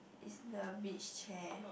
is the beach chair